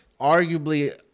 arguably